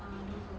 ah Dover